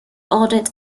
audit